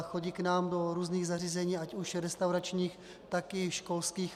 Chodí k nám do různých zařízení, ať už restauračních, tak i školských.